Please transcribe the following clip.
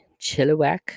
Chilliwack